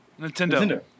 Nintendo